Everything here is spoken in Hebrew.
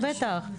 בטח,